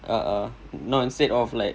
a'ah not instead of like